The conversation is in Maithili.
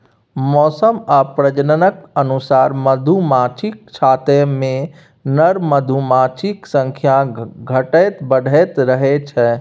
मौसम आ प्रजननक अनुसार मधुमाछीक छत्तामे नर मधुमाछीक संख्या घटैत बढ़ैत रहै छै